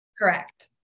Correct